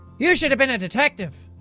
you should have been a detective.